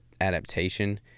adaptation